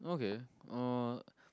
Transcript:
okay uh